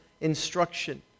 instruction